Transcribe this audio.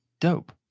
Dope